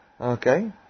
Okay